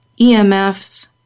emfs